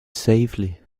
safely